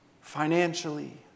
financially